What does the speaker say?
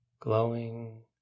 glowing